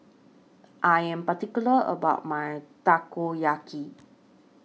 I Am particular about My Takoyaki